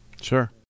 Sure